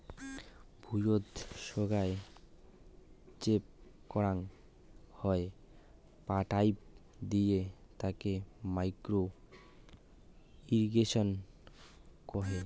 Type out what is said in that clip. ভুঁইয়ত সোগায় সেচ করাং হই পাইপ দিয়ে তাকে মাইক্রো ইর্রিগেশন কহে